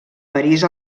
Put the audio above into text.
parís